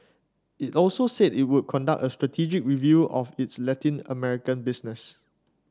it also said it would conduct a strategic review of its Latin American business